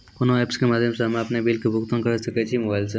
कोना ऐप्स के माध्यम से हम्मे अपन बिल के भुगतान करऽ सके छी मोबाइल से?